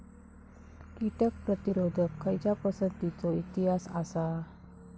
कीटक प्रतिरोधक खयच्या पसंतीचो इतिहास आसा?